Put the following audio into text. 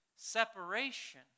separation